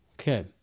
Okay